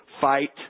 fight